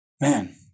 man